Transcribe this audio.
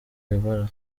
guevara